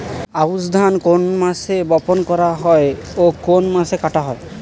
আউস ধান কোন মাসে বপন করা হয় ও কোন মাসে কাটা হয়?